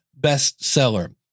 bestseller